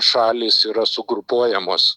šalys yra sugrupuojamos